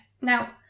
now